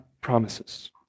promises